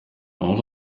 all